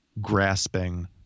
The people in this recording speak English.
grasping